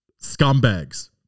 scumbags